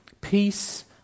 Peace